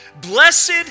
Blessed